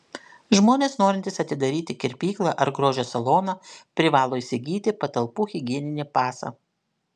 žmonės norintys atidaryti kirpyklą ar grožio saloną privalo įsigyti patalpų higieninį pasą